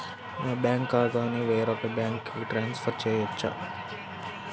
నా బ్యాంక్ ఖాతాని వేరొక బ్యాంక్కి ట్రాన్స్ఫర్ చేయొచ్చా?